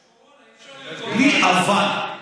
יש קורונה, אי-אפשר לרקוד בלי אבל.